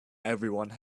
everyone